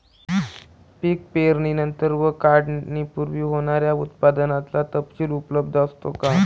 पीक पेरणीनंतर व काढणीपूर्वी होणाऱ्या उत्पादनाचा तपशील उपलब्ध असतो का?